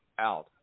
out